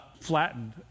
flattened